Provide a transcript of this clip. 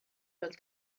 pel